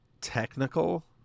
technical